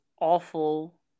awful